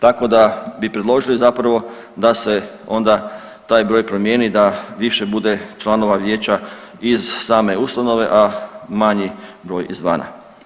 Tako da bi predložili zapravo da se onda taj broj promijeni da više bude članova vijeća iz same ustanove, a manji broj izvana.